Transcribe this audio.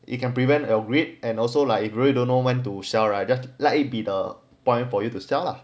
you can prevent a greed and also like you really don't know when to sell right just let it be the point for you to sell lah